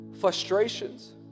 frustrations